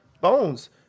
Bones